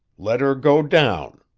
let her go down.